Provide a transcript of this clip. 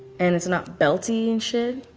and it's not belty and shit.